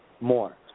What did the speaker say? more